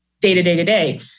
day-to-day-to-day